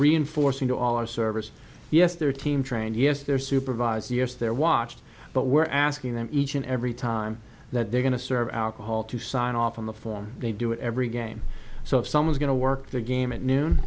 reinforcing to all our service yes their team trained yes their supervisor yes they're watched but we're asking them each and every time that they're going to serve alcohol to sign off on the form they do it every game so if someone's going to work their game at noon